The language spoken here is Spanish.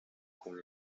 con